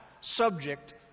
subject